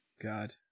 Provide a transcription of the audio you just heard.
God